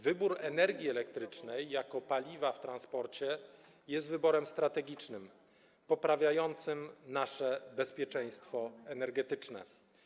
Wybór energii elektrycznej jako paliwa w transporcie jest wyborem strategicznym, poprawiającym nasze bezpieczeństwo energetyczne.